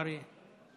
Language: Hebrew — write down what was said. אריה.